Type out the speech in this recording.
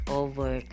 over